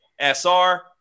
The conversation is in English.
SR